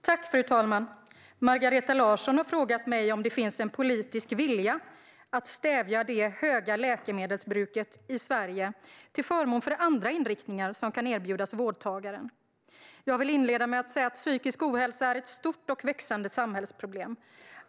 Fru talman! Margareta Larsson har frågat mig om det finns en politisk vilja att stävja det höga läkemedelsbruket i Sverige till förmån för andra inriktningar som kan erbjudas vårdtagaren. Jag vill inleda med att säga att psykisk ohälsa är ett stort och växande samhällsproblem.